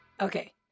Okay